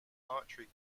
archery